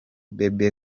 bebe